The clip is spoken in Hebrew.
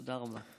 תודה רבה.